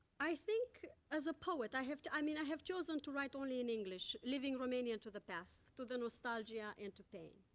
i think, as a poet, i have to i mean, i have chosen to write only in english, leaving romania to the past, to the nostalgia and to pain.